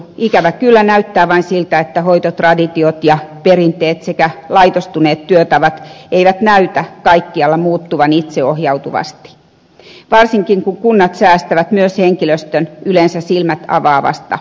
ikävä kyllä näyttää vain siltä että hoitotraditiot ja perinteet sekä laitostuneet työtavat eivät näytä kaikkialla muuttuvan itseohjautuvasti varsinkin kun kunnat säästävät myös henkilöstön yleensä silmät avaavasta lisäkoulutuksesta